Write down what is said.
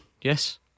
yes